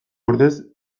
ordez